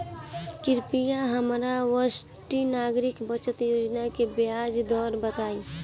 कृपया हमरा वरिष्ठ नागरिक बचत योजना के ब्याज दर बताइं